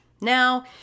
Now